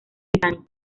británico